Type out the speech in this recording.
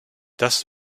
das